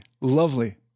lovely